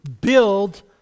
build